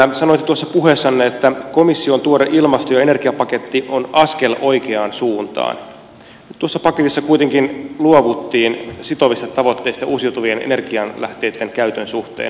sanoitte tuossa puheessanne että komission tuore ilmasto ja energiapaketti on askel oikeaan suuntaan mutta tuossa paketissa kuitenkin luovuttiin sitovista tavoitteista uusiutuvien energianlähteitten käytön suhteen